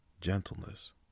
gentleness